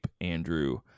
Andrew